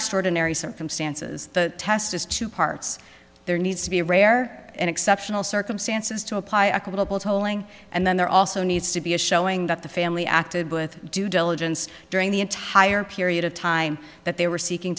extraordinary circumstances the test is two parts there needs to be rare and exceptional circumstances to apply a little tolling and then there also needs to be a showing that the family acted with due diligence during the entire period of time that they were seeking